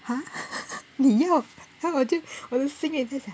!huh! 你要 then 我就我的心里就想